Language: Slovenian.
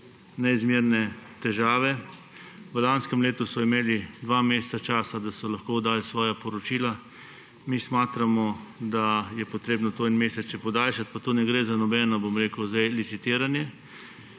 neizmerne težave. V lanskem letu so imeli dva meseca časa, da so lahko oddali svoja poročila. Mi menimo, da je treba to en mesec še podaljšati. Pa tu ne gre za nobeno licitiranje.